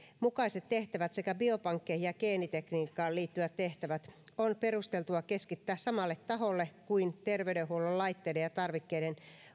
mukaiset tehtävät sekä biopankkeihin ja geenitekniikkaan liittyvät tehtävät on perusteltua keskittää samalle taholle kuin terveydenhuollon laitteiden ja tarvikkeiden